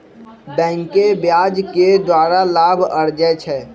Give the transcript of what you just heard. बैंके ब्याज के द्वारा लाभ अरजै छै